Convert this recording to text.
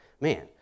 man